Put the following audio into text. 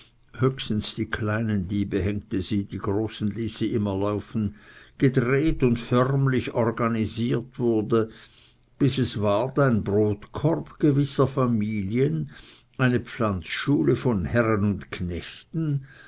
höchstens die kleinen diebe hängte sie die großen ließ sie immer laufen gedreht und förmlich organisiert wurde daß es ward ein brotkorb gewisser familien eine pflanzschule von herren und knechten